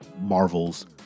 Marvel's